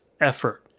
effort